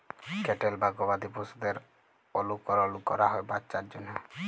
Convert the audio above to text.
cattle বা গবাদি পশুদের অলুকরল ক্যরা হ্যয় বাচ্চার জ্যনহে